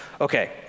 Okay